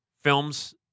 films